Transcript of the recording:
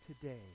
today